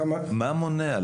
מה מונע?